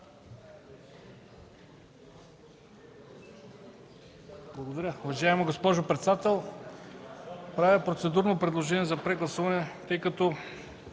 (ДПС): Уважаема госпожо председател, правя процедурно предложение за прегласуване, тъй като